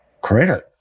credit